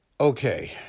Okay